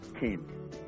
team